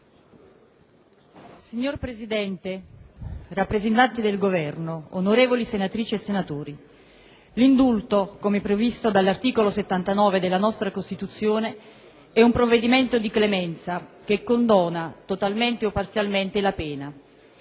Signor Presidente, rappresentanti del Governo, onorevoli senatrici e senatori, l'indulto, come previsto dall'articolo 79 della nostra Costituzione, è un provvedimento di clemenza che condona totalmente o parzialmente la pena,